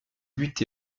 but